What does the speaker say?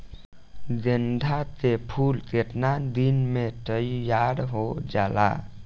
गेंदा के फूल केतना दिन में तइयार हो जाला?